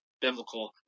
biblical